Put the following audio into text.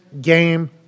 game